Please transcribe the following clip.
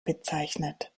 bezeichnet